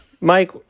Mike